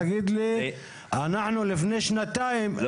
תגיד לי שלפני שנתיים ---.